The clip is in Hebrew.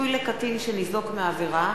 (פיצוי לקטין שניזוק מעבירה),